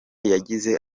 yagize